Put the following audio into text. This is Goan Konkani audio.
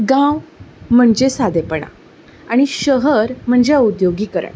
गांव म्हणचे सादेंपण आनी शहर म्हणजे उद्द्योगीकरण